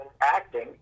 acting